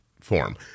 form